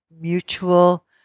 mutual